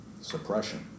Suppression